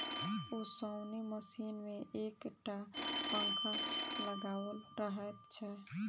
ओसौनी मशीन मे एक टा पंखा लगाओल रहैत छै